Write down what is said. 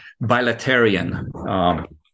bilateral